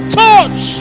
torch